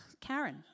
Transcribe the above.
Karen